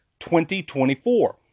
2024